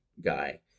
guy